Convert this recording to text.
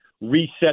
reset